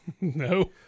No